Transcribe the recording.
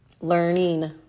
learning